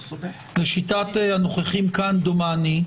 לשיטת הנוכחים כאן דומני,